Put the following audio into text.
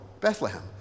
Bethlehem